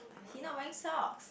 he not wearing socks